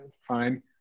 fine